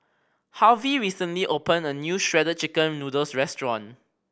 Harvy recently opened a new Shredded Chicken Noodles restaurant